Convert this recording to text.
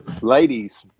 Ladies